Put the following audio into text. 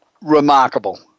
remarkable